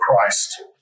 Christ